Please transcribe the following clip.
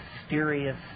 mysterious